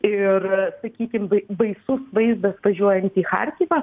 ir sakykim baisus vaizdas važiuojant į charkivą